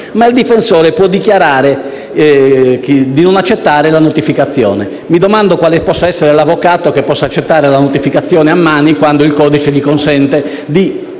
ma il difensore può dichiarare di non accettare tale notificazione. Mi domando dunque quale avvocato possa accettare una notificazione a mano, quando il codice gli consente di